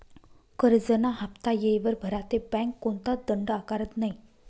करजंना हाफ्ता येयवर भरा ते बँक कोणताच दंड आकारत नै